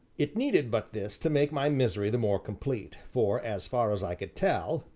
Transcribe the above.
it needed but this to make my misery the more complete, for, as far as i could tell,